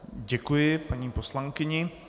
Děkuji paní poslankyni.